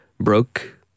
broke